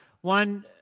One